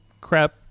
crap